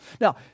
Now